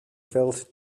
felt